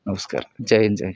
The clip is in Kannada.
ನಮಸ್ಕಾರ ಜೈ ಹಿಂದ್ ಜೈ